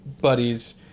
buddies